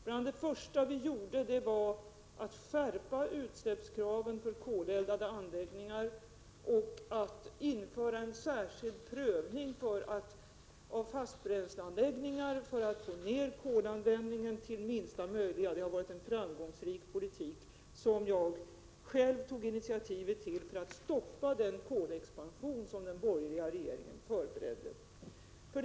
Bland det första vi gjorde var att skärpa kraven i samband med utsläpp för koleldade anläggningar och att införa en särskild prövning av anläggningar för fast bränsle för att få ner kolanvändningen till den minsta möjliga. Det har varit en framgångsrik politik, som jag själv tog initiativ till, för att stoppa den kolexpansion som den borgerliga regeringen förberedde.